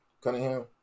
Cunningham